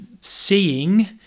seeing